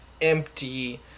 empty